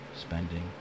spending